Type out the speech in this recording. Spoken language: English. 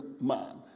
man